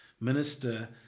minister